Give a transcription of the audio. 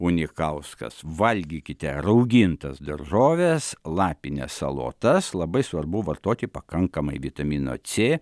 unikauskas valgykite raugintas daržoves lapines salotas labai svarbu vartoti pakankamai vitamino c